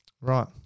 Right